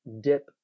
dip